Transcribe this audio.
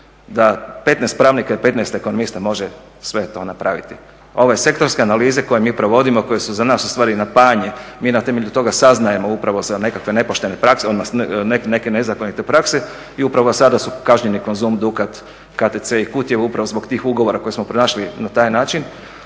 da 15 pravnika i 15 ekonomista može sve to napraviti? Ove sektorske analize koje mi prevodimo, koje su za nas ustvari napajanje, mi na temelju toga saznajemo upravo za nekakve nepoštene prakse, neke nezakonite prakse i upravo sada su kažnjeni Konzum, Dukat, KTC i Kutjevo, upravo zbog tih ugovora koje smo pronašli na taj način.